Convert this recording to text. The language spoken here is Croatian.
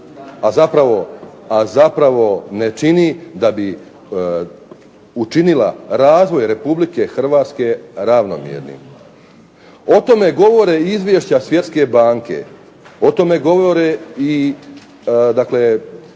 a zapravo ne čini da bi učinila razvoj Republike Hrvatske ravnomjernim. O tome govore i izvješća Svjetske banke, o tome govore i